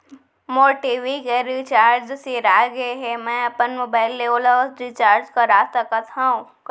मोर TV के recharge सिरा गे हे, मैं अपन मोबाइल ले ओला रिचार्ज करा सकथव का?